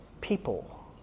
people